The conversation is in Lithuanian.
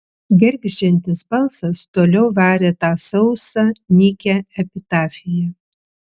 gergždžiantis balsas toliau varė tą sausą nykią epitafiją